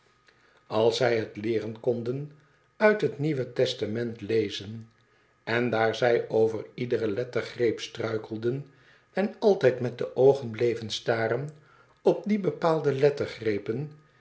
als zij het leeren konden uit het nieuwe testament lezen en daar zij over iedere lettergreep struikelden en altijd met de oogen bleven staren op die bepaalde